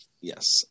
Yes